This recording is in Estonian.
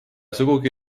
sugugi